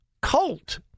cult